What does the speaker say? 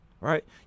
Right